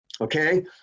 okay